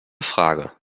frage